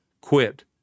quit